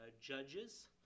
Judges